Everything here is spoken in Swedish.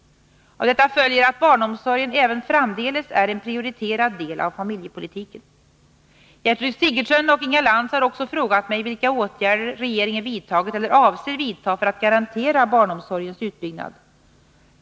Av detta följer att barnomsorgen även framdeles är en prioriterad del av familjepolitiken. Gertrud Sigurdsen och Inga Lantz har också frågat mig vilka åtgärder regeringen vidtagit eller avser vidta för att garantera barnomsorgens utbyggnad.